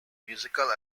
musical